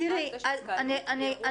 זו דוגמה לזה שהתקהלות זה אירוע מסוכן.